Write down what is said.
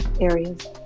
areas